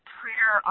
prayer